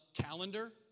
calendar